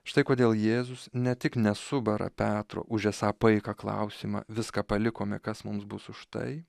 štai kodėl jėzus ne tik nesubara petro už esą paiką klausimą viską palikome kas mums bus už tai